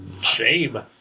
Shame